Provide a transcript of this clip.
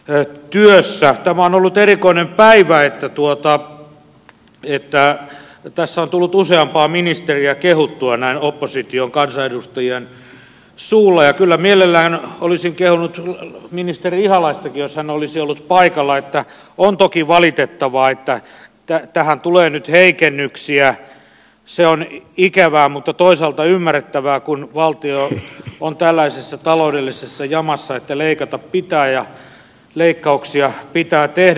tämä on ollut erikoinen päivä että tässä on tullut useampaa ministeriä kehuttua näin opposition kansanedustajien suulla ja kyllä mielellään olisin kehunut ministeri ihalaistakin jos hän olisi ollut paikalla että on toki valitettavaa että tähän tulee nyt heikennyksiä se on ikävää mutta toisaalta ymmärrettävää kun valtio on tällaisessa taloudellisessa jamassa että leikata pitää ja leikkauksia pitää tehdä